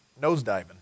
nosediving